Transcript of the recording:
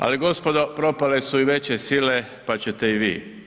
Ali gospodo propale su i veće sile pa ćete i vi.